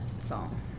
song